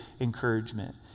encouragement